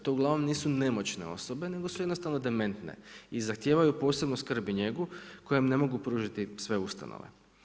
To uglavnom nisu nemoćne osobe, nego su jednostavno dementne i zahtijevaju posebnu skrb i njegu koju im ne mogu pružiti sve ustanove.